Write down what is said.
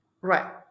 Right